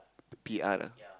P_R ah